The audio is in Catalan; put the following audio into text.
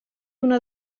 una